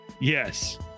Yes